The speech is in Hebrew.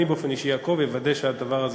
אני באופן אישי אעקוב ואוודא שהדבר הזה